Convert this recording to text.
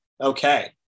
okay